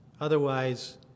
Otherwise